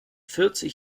vierzig